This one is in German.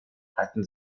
hatten